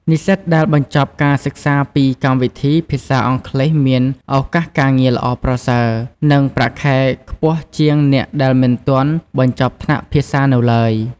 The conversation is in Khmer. និស្សិតដែលបញ្ចប់ការសិក្សាពីកម្មវិធីភាសាអង់គ្លេសមានឱកាសការងារល្អប្រសើរ និងប្រាក់ខែខ្ពស់ជាងអ្នកដែលមិនទាន់បញ្ចប់ថ្នាក់ភាសានៅទ្បើយ។